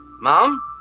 Mom